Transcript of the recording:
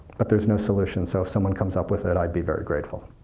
but there's no solution. so if someone comes up with it, i'd be very grateful.